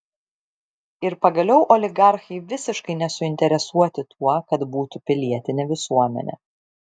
ir pagaliau oligarchai visiškai nesuinteresuoti tuo kad būtų pilietinė visuomenė